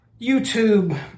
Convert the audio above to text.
YouTube